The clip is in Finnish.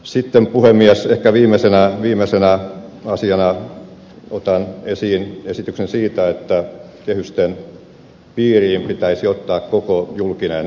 sitten puhemies ehkä viimeisenä asiana otan esiin esityksen siitä että kehysten piiriin pitäisi ottaa koko julkinen talous